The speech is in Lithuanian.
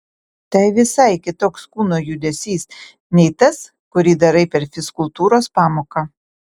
tai visai kitoks kūno judesys nei tas kurį darai per fizkultūros pamoką